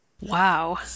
Wow